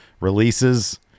releases